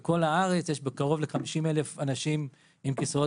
בכל הארץ יש קרוב ל-50 אלף אנשים עם כיסאות